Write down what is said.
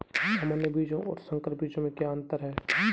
सामान्य बीजों और संकर बीजों में क्या अंतर है?